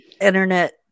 internet